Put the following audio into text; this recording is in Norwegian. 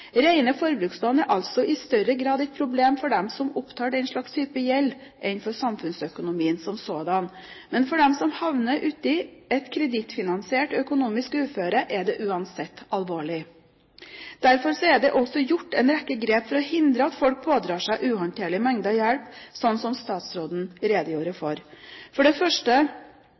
forbrukslån er altså i større grad et problem for dem som opptar slik gjeld, enn for samfunnsøkonomien som sådan. Men for dem som havner uti et kredittfinansiert økonomisk uføre, er det uansett alvorlig. Derfor er det også gjort en rekke grep for å hindre at folk pådrar seg uhåndterlige mengder gjeld, slik som statsråden redegjorde for. For det første